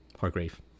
Hargrave